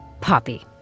Poppy